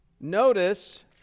notice